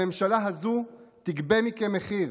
הממשלה הזו תגבה מכם מחיר.